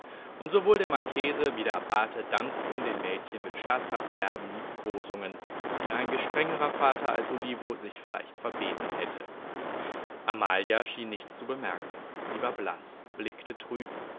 und sowohl der marchese wie der abbate dankten den mädchen mit scherzhaft derben liebkosungen die ein gestrengerer vater als olivo sich vielleicht verbeten hätte amalia schien nichts zu bemerken sie war blaß blickte trüb